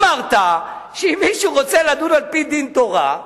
אמרת שאם מישהו רוצה לדון על-פי דין תורה,